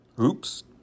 oops